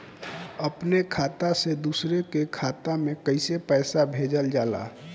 अपने खाता से दूसरे के खाता में कईसे पैसा भेजल जाला?